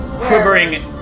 quivering